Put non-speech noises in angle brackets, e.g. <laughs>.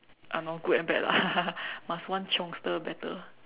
uh nor good and bad lah <laughs> must one chiongster better